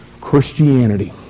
Christianity